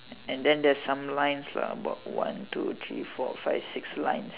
and then there's some lines lah about one two three four five six lines